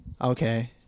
Okay